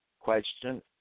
Question